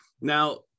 Now